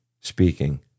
speaking